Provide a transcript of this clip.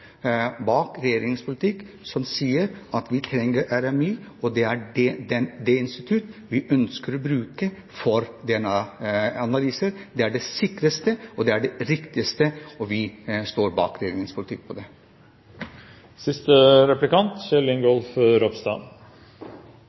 regjeringens politikk, som sier at vi trenger Rettsmedisinsk institutt, og det er det instituttet vi ønsker å bruke for DNA-analyser. Det er det sikreste, og det er det riktigste, og vi står bak regjeringens politikk på